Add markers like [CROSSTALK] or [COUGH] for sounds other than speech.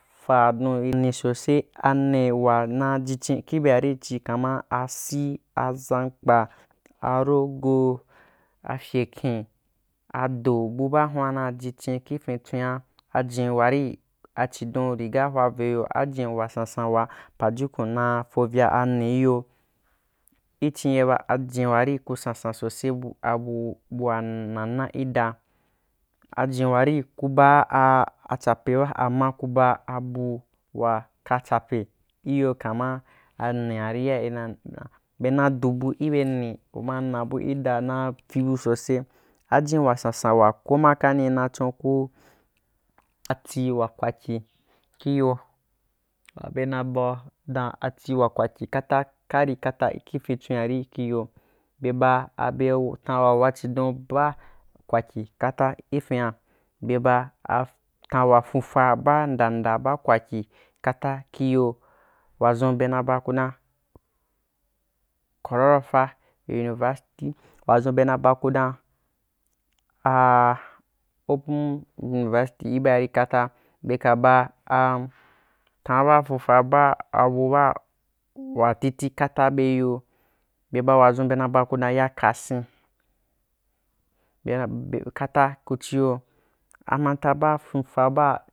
Faa dun nyi ni sose ane wana ji chin i beari chikama asi aʒankpa aroho afyeken ado bu baa huan na jichin ki fintswian ajin wari a chidan riga hwavo iyo afe wasansan wa pajukun na fobya aneya i chinye ba ayen wari ku sansan sose, bu abu bu a na na i da ajen wari ku baa ajupe ba ama ku ba wa ka chape kiyo kama anearia ina naa be na du buju ibe ne uma na bu ida na fiu sose, ajin wa sansan wa ko makani na chun ku aa ti wa kwakyì iyo, be na bau dan atī wa kwakyi kata kari ka ya ki fintswani iyo be ba abe tan wa wa chidun baa kwakyi, kata i fian be ba atam wa funfa baa nda nda baa kwakyi kata kifan wadʒun be naku dan, kwarar fa yuniv asti wadʒun be na baku dan a [HESITATION] open a yunwer sily ibeari kofa be ka baatan baa funfu baa abubaa titi wa kata bei yo be ba wadʒun bena baku dan yakasin [HESITATION] kata ku chiyo a manta baa fun fa baa.